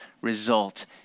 result